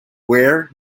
where